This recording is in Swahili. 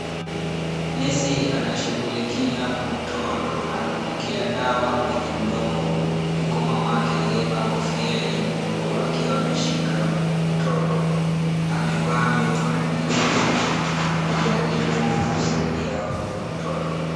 Nesi anashugulikia mtoto, anamwekea dawa kwenye mdomo, huku mamake aliyevaa kofia nyekundu akiwa ameshika mtoto, anevaa miwani, akijaribu kusaidia huyo mtoto.